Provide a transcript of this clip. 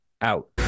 out